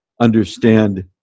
understand